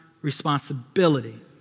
responsibility